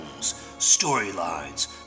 storylines